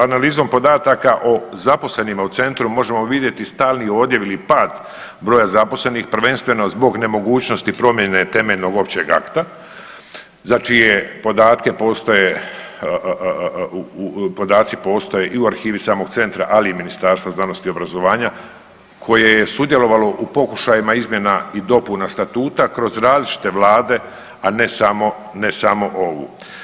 Analizom podataka o zaposlenima u centru možemo vidjeti stalni odljev ili pad broja zaposlenih, prvenstveno zbog nemogućnosti promjene temeljnog općeg akta za čije podatke postoje, podaci postoje i u arhivi samog centra, ali i Ministarstva znanosti i obrazovanja koje je sudjelovalo u pokušajima izmjena i dopuna statuta kroz različite vlade, a ne samo, ne samo ovu.